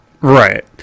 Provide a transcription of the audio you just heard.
Right